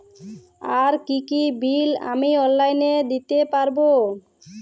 আর কি কি বিল আমি অনলাইনে দিতে পারবো?